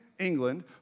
England